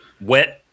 wet